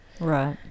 Right